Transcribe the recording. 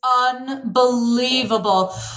unbelievable